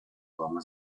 вами